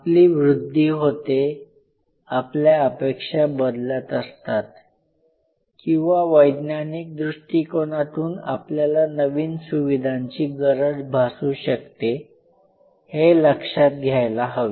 आपली वृद्धी होते आपल्या अपेक्षा बदलत असतात किंवा वैज्ञानिक दृष्टिकोनातून आपल्याला नवीन सुविधांची गरज भासू शकते हे लक्षात घ्यायला हवे